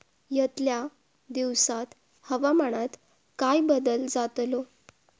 यतल्या दिवसात हवामानात काय बदल जातलो?